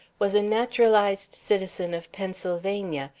was a naturalized citizen of pennsylvania,